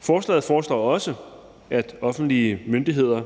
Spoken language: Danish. forslaget foreslås det også, at offentlige myndigheder,